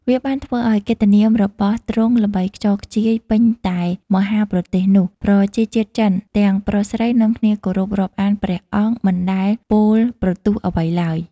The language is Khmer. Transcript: វាបានធ្វើអោយកិត្តិនាមរបស់ទ្រង់ល្បីខ្ចរខ្ចាយពេញតែមហាប្រទេសនោះ ប្រជាជាតិចិនទាំងប្រុសស្រីនាំគ្នាគោរពរាប់អានព្រះអង្គ មិនដែលពោលប្រទូស្តអ្វីឡើយ ។